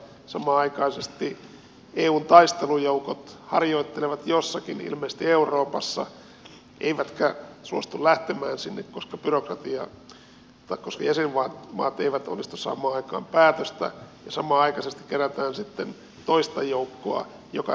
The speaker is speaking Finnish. samanaikaisesti eun taistelujoukot harjoittelevat jossakin ilmeisesti euroopassa eivätkä suostu lähtemään sinne koska jäsenmaat eivät onnistu saamaan aikaan päätöstä ja samanaikaisesti kerätään sitten toista joukkoa joka sinne lähtee